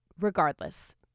Regardless